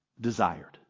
desired